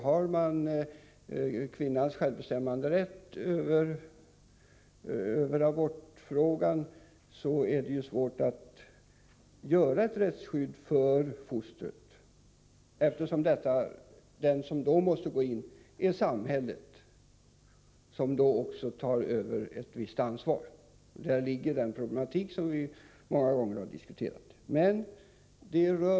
Har kvinnan självbestämmanderätt över abortfrågan, är det svårt att skapa ett rättsskydd för fostret, eftersom i så fall samhället måste gå in och ta över ett visst ansvar. Däri ligger den problematik som vi många gånger har diskuterat.